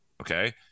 okay